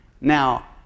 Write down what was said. Now